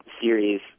series